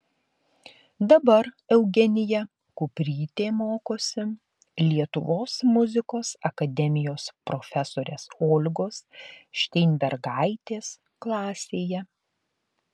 dabar eugenija kuprytė mokosi lietuvos muzikos akademijos profesorės olgos šteinbergaitės klasėje